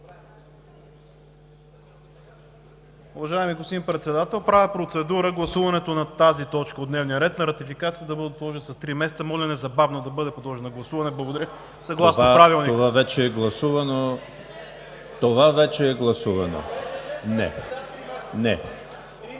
Това вече е гласувано – не.